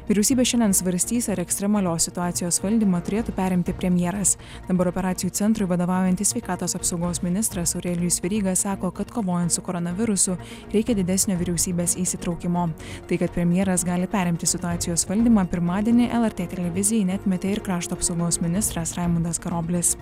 vyriausybė šiandien svarstys ar ekstremalios situacijos valdymą turėtų perimti premjeras dabar operacijų centrui vadovaujantis sveikatos apsaugos ministras aurelijus veryga sako kad kovojant su koronavirusu reikia didesnio vyriausybės įsitraukimo tai kad premjeras gali perimti situacijos valdymą pirmadienį lrt televizijai neatmetė ir krašto apsaugos ministras raimundas karoblis